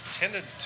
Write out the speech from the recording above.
tended